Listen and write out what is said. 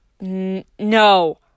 No